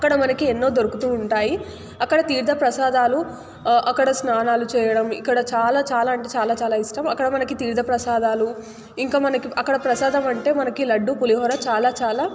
అక్కడ మనకి ఎన్నో దొరుకుతూ ఉంటాయి అక్కడ తీర్థ ప్రసాదాలు అక్కడ స్నానాలు చేయడం ఇక్కడ చాలా చాలా అంటే చాలా చాలా ఇష్టం అక్కడ మనకి తీర్థ ప్రసాదాలు ఇంకా మనకి అక్కడ ప్రసాదం అంటే మనకి లడ్డు పులిహోర చాలా చాలా